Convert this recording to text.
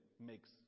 makes